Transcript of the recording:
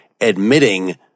admitting